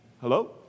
Hello